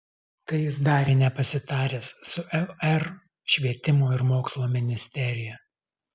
tai jis darė nepasitaręs su lr švietimo ir mokslo ministerija